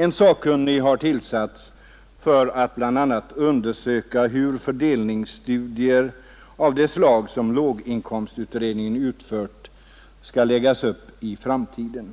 En sakkunnig har tillsatts för att bl.a. undersöka hur fördelningsstudier av det slag som låginkomstutredningen utfört skall läggas upp i framtiden.